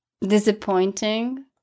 Disappointing